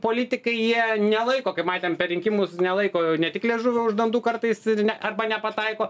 politikai jie nelaiko kaip matėm per rinkimus nelaiko ne tik liežuvio už dantų kartais ne arba nepataiko